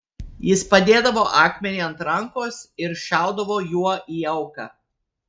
jis padėdavo akmenį ant rankos ir šaudavo juo į auką